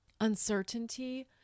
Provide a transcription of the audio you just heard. uncertainty